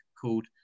called